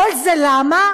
כל זה למה?